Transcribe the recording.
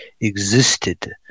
existed